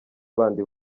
bandi